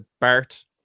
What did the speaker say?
bart